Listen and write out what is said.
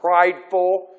prideful